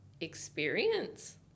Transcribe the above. experience